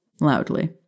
loudly